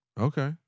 okay